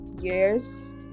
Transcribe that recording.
years